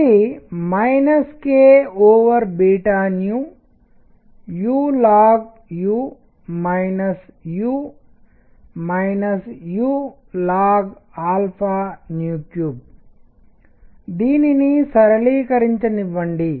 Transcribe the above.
ఇది kulnu u uln3దీనిని సరళీకరించనివ్వండి